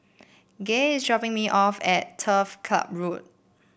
Gay is dropping me off at Turf Ciub Road